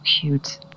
cute